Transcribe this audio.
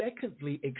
secondly